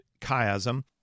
chiasm